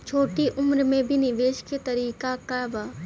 छोटी उम्र में भी निवेश के तरीका क बा?